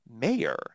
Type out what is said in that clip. mayor